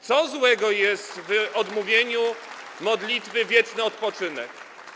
Co złego jest w odmówieniu modlitwy „Wieczny odpoczynek”